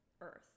earth